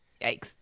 Yikes